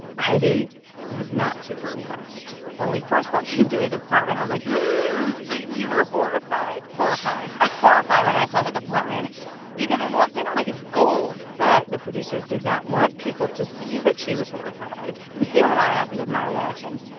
heidi was not super impressed when we first walked into his apartment, i was like so you were horrified? horrified ah horrified when i saw his apartment because i walked in i'm like, it's gold but the producers did not want people to see that she was horrified they were not happy with my reaction.